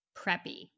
preppy